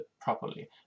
properly